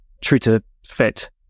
true-to-fit